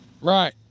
Right